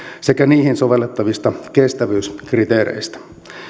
sekä niihin sovellettavista kestävyyskriteereistä